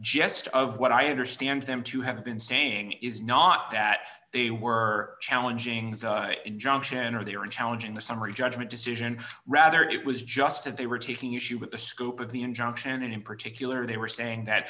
jest of what i understand them to have been saying is not that they were challenging the injunction or they are in challenging the summary judgment decision rather it was just that they were taking issue with the scope of the injunction and in particular they were saying that